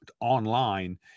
online